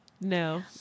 No